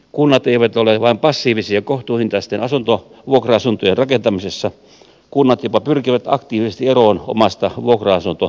kunnat eivät ole vain passiivisia kohtuuhintaisten vuokra asuntojen rakentamisessa kunnat jopa pyrkivät aktiivisesti eroon omasta vuokra asuntokannastaan